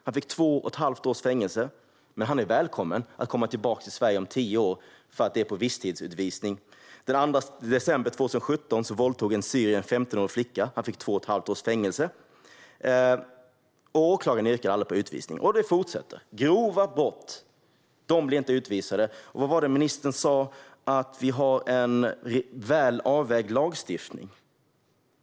Han fick två och ett halvt års fängelse men är välkommen att komma tillbaka till Sverige om tio år, för han fick visstidsutvisning. Den 2 december 2017 våldtog en syrier en 15-åring flicka. Han fick två och ett halvt års fängelse. Åklagaren yrkade aldrig på utvisning. Det fortsätter. Grova brott. De blir inte utvisade. Vad var det ministern sa - att vi har en väl avvägd lagstiftning?